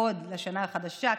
לשנה החדשה,